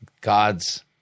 God's